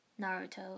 Naruto